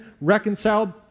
reconciled